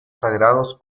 sagrados